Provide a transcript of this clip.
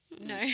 no